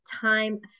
time